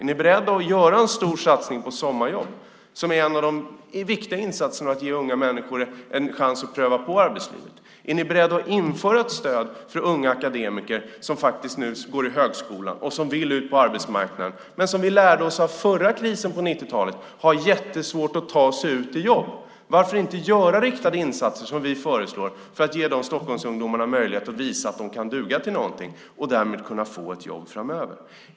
Är ni beredda att göra en stor satsning på sommarjobb som är en viktig insats för att ge unga människor en chans att pröva på arbetslivet? Är ni beredda att införa ett stöd för unga akademiker som nu går i högskolan och som vill ut på arbetsmarknaden? Av krisen på 90-talet har vi lärt oss att de har jättesvårt att ta sig ut i jobb. Varför kan ni inte göra riktade insatser som vi föreslår för att ge dessa Stockholmsungdomar möjlighet att visa att de duger till någonting och därmed kan få ett jobb framöver?